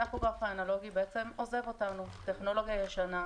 הטכוגרף האנלוגי בעצם עוזב אותנו טכנולוגיה ישנה,